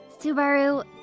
Subaru